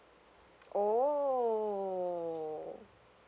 oh